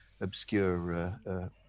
obscure